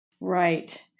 Right